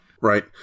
Right